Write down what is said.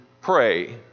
pray